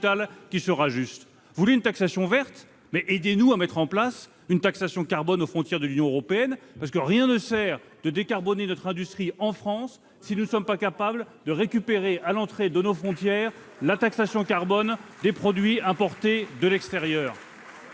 qui sera juste. Vous voulez une taxation verte ? Aidez-nous à mettre en place une taxation carbone aux frontières de l'Union européenne ! En effet, rien ne sert de décarboner notre industrie française si nous ne sommes pas capables de récupérer une taxation carbone sur les produits importés de l'extérieur.